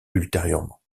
ultérieurement